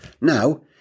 Now